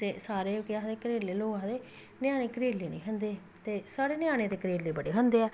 ते सारे केह् आखदे लोग आखदे ञ्यानें करेले निं खंदे ते साढ़े ञ्यानें करेले ते बड़े खंदे ऐ